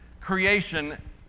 creation